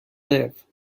live